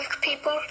people